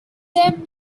them